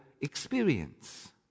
experience